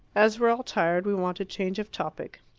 as we're all tired, we want a change of topic.